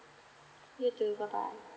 you too bye bye